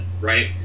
right